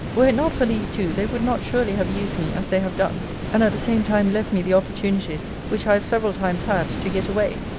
were it not for these two, they would not surely have used me as they have done and at the same time left me the opportunities which i have several times had, to get away,